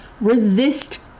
resist